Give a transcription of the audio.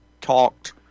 talked